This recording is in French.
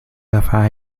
affaires